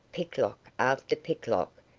picklock after picklock,